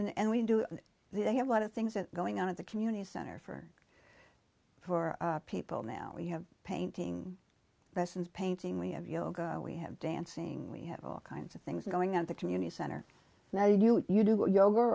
are and we do they have a lot of things that are going on in the community center for for people now we have painting lessons painting we have yoga we have dancing we have all kinds of things going on the community center now you do you do yoga or